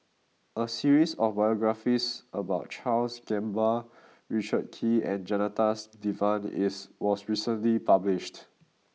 a series of biographies about Charles Gamba Richard Kee and Janadas Devan is was recently published